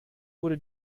wurde